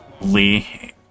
Lee